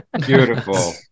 beautiful